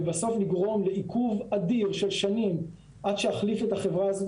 ובסוף לגרום לעיכוב אדיר של שנים עד שיחליפו את החברה הזו,